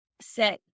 set